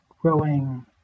growing